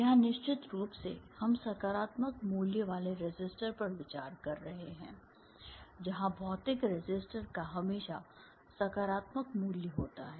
यहां निश्चित रूप से हम सकारात्मक मूल्य वाले रेसिस्टर पर विचार कर रहे हैं जहां भौतिक रेसिस्टर का हमेशा सकारात्मक मूल्य होता है